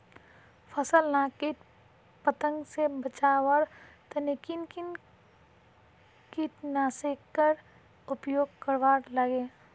फसल लाक किट पतंग से बचवार तने किन किन कीटनाशकेर उपयोग करवार लगे?